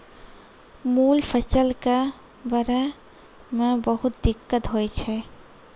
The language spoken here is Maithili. मूल फसल कॅ बढ़ै मॅ बहुत दिक्कत होय छै